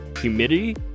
humidity